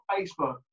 Facebook